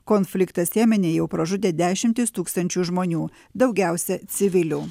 konfliktas jemene jau pražudė dešimtis tūkstančių žmonių daugiausiai civilių